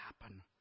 happen